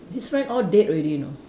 his friend all dead already you know